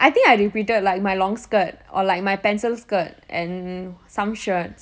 I think I repeated like my long skirt or like my pencil skirt and some shirt